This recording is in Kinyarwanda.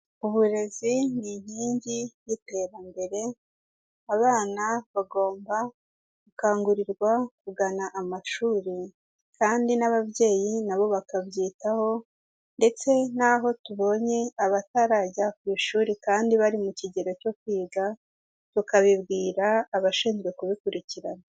Uburezi ni inkingi y'iterambere, abana bagomba gukangurirwa kugana amashuri, kandi n'ababyeyi nabo bakabyitaho ndetse n'aho tubonye abatarajya ku ishuri kandi bari mu kigero cyo kwiga, tukabibwira abashinzwe kubikurikirana.